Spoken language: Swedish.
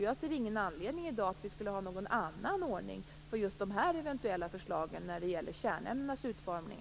Jag ser ingen anledning till att ha en annan ordning för eventuella förslag om kärnämnenas utformning.